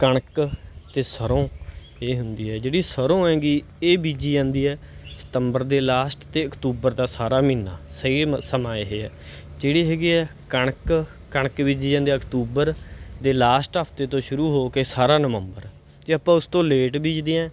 ਕਣਕ ਅਤੇ ਸਰ੍ਹੋਂ ਇਹ ਹੁੰਦੀ ਹੈ ਜਿਹੜੀ ਸਰ੍ਹੋਂ ਹੈਗੀ ਇਹ ਬੀਜੀ ਜਾਂਦੀ ਹੈ ਸਤੰਬਰ ਦੇ ਲਾਸਟ ਅਤੇ ਅਕਤੂਬਰ ਦਾ ਸਾਰਾ ਮਹੀਨਾ ਸਹੀ ਮ ਸਮਾਂ ਇਹ ਹੈ ਜਿਹੜੀ ਹੈਗੀ ਹੈ ਕਣਕ ਕਣਕ ਬੀਜੀ ਜਾਂਦੀ ਹੈ ਅਕਤੂਬਰ ਦੇ ਲਾਸਟ ਹਫਤੇ ਤੋਂ ਸ਼ੁਰੂ ਹੋ ਕੇ ਸਾਰਾ ਨਵੰਬਰ ਜੇ ਆਪਾਂ ਉਸ ਤੋਂ ਲੇਟ ਬੀਜਦੇ ਹਾਂ